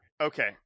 Okay